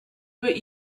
but